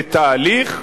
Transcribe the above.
זה תהליך,